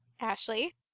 Ashley